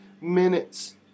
minutes